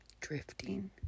Drifting